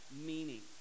meaning